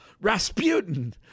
Rasputin